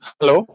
Hello